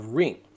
ring